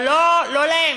אבל לא להם.